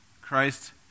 Christ